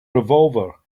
revolver